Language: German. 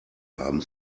haben